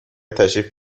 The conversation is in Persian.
تشریف